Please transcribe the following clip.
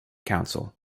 council